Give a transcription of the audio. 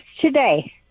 today